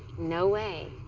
no way.